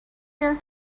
here